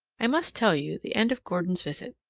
i must tell you the end of gordon's visit.